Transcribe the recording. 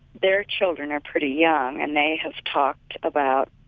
their children are pretty young and they have talked about,